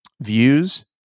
views